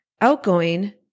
outgoing